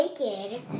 naked